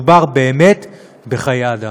מדובר באמת בחיי אדם.